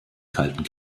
kalten